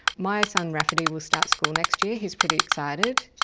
my son rafferty will start school next year, he's pretty excited.